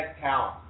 talent